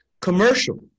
Commercial